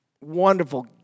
wonderful